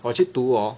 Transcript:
我去读 hor